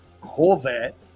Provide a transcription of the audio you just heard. Corvette